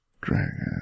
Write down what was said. dragon